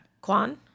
Kwan